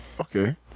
Okay